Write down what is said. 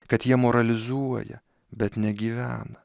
kad jie moralizuoja bet negyvena